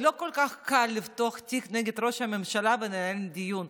לא כל כך קל לפתוח תיק נגד ראש הממשלה ולנהל דיון.